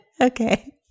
Okay